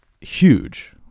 huge